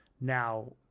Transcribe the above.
Now